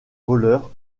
voleur